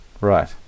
Right